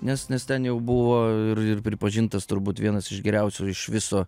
nes nes ten jau buvo ir ir pripažintas turbūt vienas iš geriausių iš viso